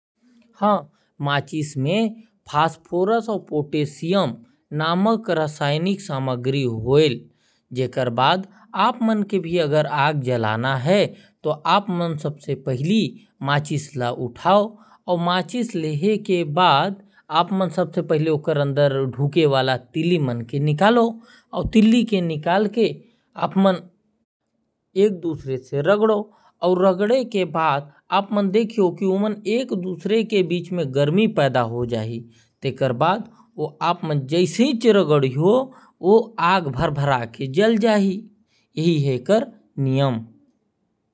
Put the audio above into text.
हां माचिस में फॉस्फोरस और पोटासियम नामक रासायनिक जलावन सामग्री होयल। और अगर आप मन ल माचिस जलाना है तो ओमे से तिल्ली निकाल के तिल्ली ला उमा रगड़ो और रगड़े के बाद एक दुसर में गर्मी पैदा होयल तो माचिस जल जायल।